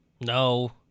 No